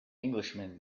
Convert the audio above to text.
englishman